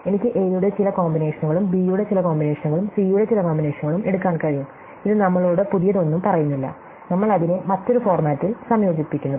എനിക്ക് എ യുടെ ചില കോമ്പിനേഷനുകളും ബി യുടെ ചില കോമ്പിനേഷനുകളും സി യുടെ ചില കോമ്പിനേഷനുകളും എടുക്കാൻ കഴിയും ഇത് നമ്മളോട് പുതിയതൊന്നും പറയുന്നില്ല നമ്മൾ അതിനെ മറ്റൊരു ഫോർമാറ്റിൽ സംയോജിപ്പിക്കുന്നു